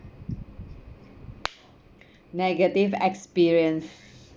negative experience